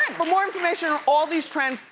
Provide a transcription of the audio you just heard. for more information on all these trends,